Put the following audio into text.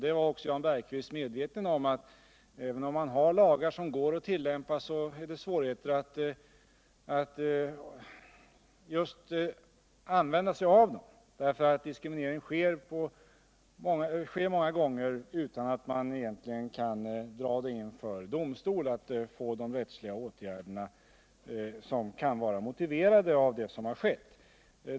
Jan Bergqvist var också medveten om att även om man har lagar som det går att tillämpa kan det ändå uppstå svårigheter när man behöver tillämpa dem och att många fall av diskriminering inträffar utan att fallen kan dras inför domstol och alltså utan att man på det sättet kan vidta åtgärder som skulle vara motiverade av vad som skett.